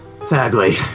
Sadly